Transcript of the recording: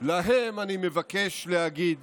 להם אני מבקש להגיד